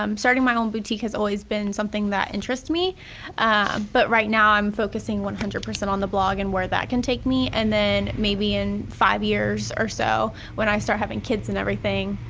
um starting my own boutique has always been something that interests me but right now i'm focusing one hundred percent on the blog and where that can take me and then maybe in five years or so when i start having kids and everything,